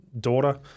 daughter